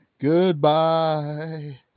Goodbye